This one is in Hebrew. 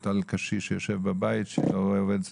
על קשיש שיושב בבית ולא רואה עובדת סוציאלית,